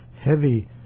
heavy